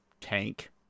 tank